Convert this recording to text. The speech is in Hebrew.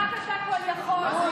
עבדנו יותר קשה מכולכם ביחד.